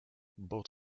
both